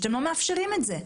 על כך שאתם לא מאפשרים את זה.